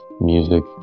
music